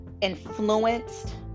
influenced